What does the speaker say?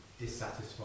dissatisfied